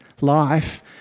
life